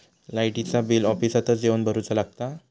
लाईटाचा बिल ऑफिसातच येवन भरुचा लागता?